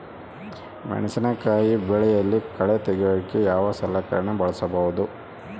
ಮೆಣಸಿನಕಾಯಿ ಬೆಳೆಯಲ್ಲಿ ಕಳೆ ತೆಗಿಯೋಕೆ ಯಾವ ಸಲಕರಣೆ ಬಳಸಬಹುದು?